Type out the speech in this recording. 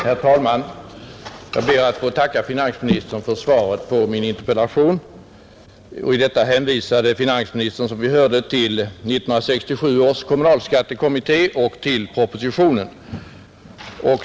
Herr talman! Jag ber att få tacka finansministern för svaret på min interpellation. I detta hänvisade finansministern, som vi hörde, till 1967 års kommunalskattekommitté och till propositionen.